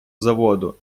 заводу